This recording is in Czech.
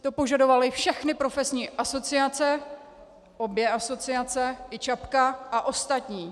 To požadovaly všechny profesní asociace, obě asociace i ČAPka a ostatní.